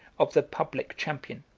of the public champion